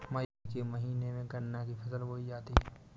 मई के महीने में गन्ना की फसल बोई जाती है